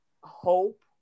Hope